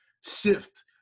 shift